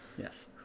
Yes